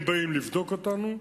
הם באים לבדוק אותנו,